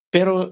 Pero